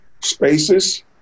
spaces